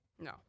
No